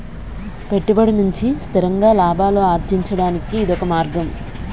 పెట్టుబడి నుంచి స్థిరంగా లాభాలు అర్జించడానికి ఇదొక మార్గం